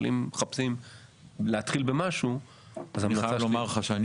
אבל אם מחפשים להתחיל במשהו --- אני חייב לומר לך שאני